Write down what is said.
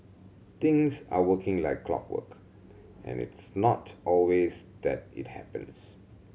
things are working like clockwork and it's not always that it happens